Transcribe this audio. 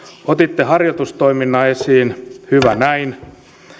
otitte harjoitustoiminnan esiin hyvä näin